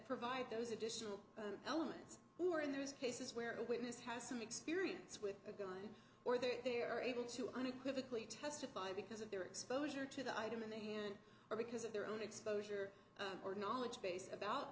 provide those additional elements who are in those cases where a witness has some experience with a gun or that they are able to unequivocally testify because of their exposure to the item in their hand or because of their own exposure or knowledge base about